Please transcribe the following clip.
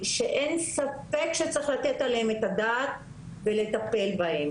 שאין ספק שצריך לתת עליהן את הדעת ולטפל בהן.